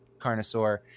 carnosaur